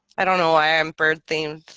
i don't know why i'm bird-themed